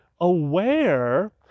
aware